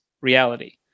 reality